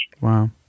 Wow